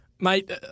mate